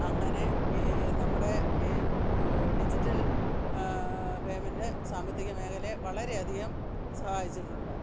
അങ്ങനെ ഈ നമ്മുടെ ഈ ഡിജിറ്റൽ പെയ്മെൻ്റ് സാമ്പത്തിക മേഖലയെ വളരെയധികം സഹായിച്ചിട്ടുണ്ട്